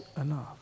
enough